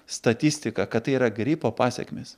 statistiką kad tai yra gripo pasekmės